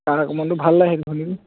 তাৰ অকমান ভাল লাগে সেইটো শুনি